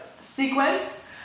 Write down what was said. sequence